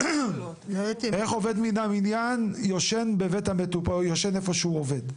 איך עובד מן המניין ישן איפה שהוא עובד?